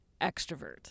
extrovert